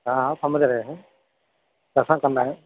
हाँ हाँ समझ रहे हैं दर्शन करना है